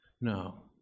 No